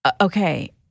Okay